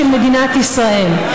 של מדינת ישראל,